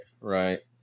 right